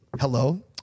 Hello